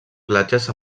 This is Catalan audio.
platges